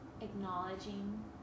acknowledging